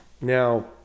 Now